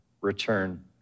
return